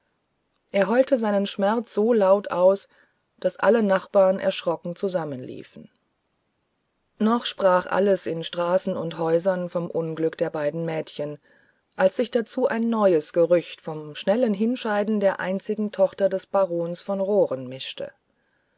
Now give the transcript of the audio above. er heulte seinen schmerz so laut aus daß alle nachbarn erschrocken zusammenliefen noch sprach alles in straßen und häusern vom unglück der beiden mädchen als sich dazu ein neues gerücht vom schnellen hinscheiden der einzigen tochter des barons von roren mischte